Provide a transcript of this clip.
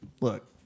look